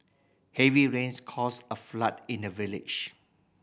heavy rains caused a flood in the village